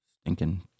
stinking